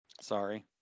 sorry